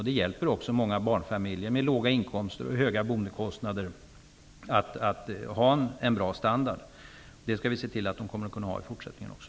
De hjälper också många barnfamiljer med låga inkomster och höga boendekostnader att ha en bra standard. Det skall vi se till att de kommer att kunna ha i fortsättningen också.